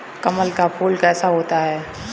कमल का फूल कैसा होता है?